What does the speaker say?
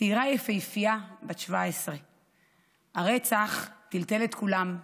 צעירה יפהפייה בת 17. הרצח טלטל את כולם,